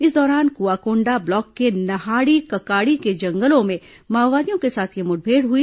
इस दौरान कुंआकोंडा ब्लॉक के नहाड़ी ककाड़ी के जंगलों में माओवादियों के साथ यह मुठभेड़ हुई